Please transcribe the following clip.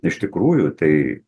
iš tikrųjų tai